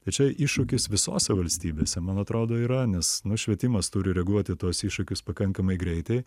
tai čia iššūkis visose valstybėse man atrodo yra nes nu švietimas turi reaguoti į tuos iššūkius pakankamai greitai